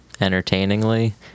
entertainingly